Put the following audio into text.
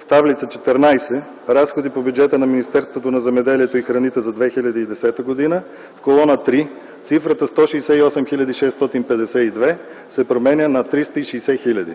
в Таблица ХІV Разходи по бюджета на Министерството на земеделието и храните за 2010 г., в колона 3, цифрата „168 652,0” се променя на „360 000,0”.